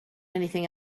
anything